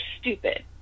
stupid